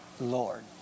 Lord